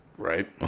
right